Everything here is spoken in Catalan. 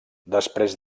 després